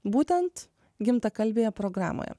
būtent gimtakalbėje programoje